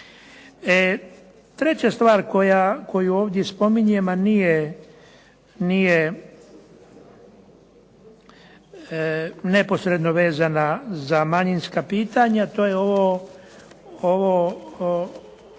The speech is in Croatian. Treća stvar koju ovdje spominjem, a nije neposredno vezana za manjinska pitanja, to je ovo